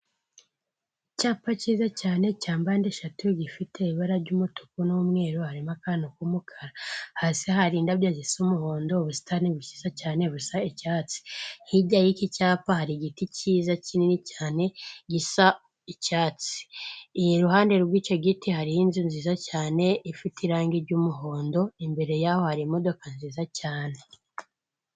Icyapa kiza cyane cya mpande eshatu gifite ibara ry'umutuku n'umweru harimo akantu k'umukara hasi hari indabyo zisa umuhondo, ubusitani bwiza cyane busa icyatsi, hirya y'iki cyapa hari igiti cyiza kinini cyane gisa icyatsi, iruhande rw'icyo giti hariho inzu nziza cyane ifite irangi ry'umuhondo imbere yaho hari imodoka nziza cyane.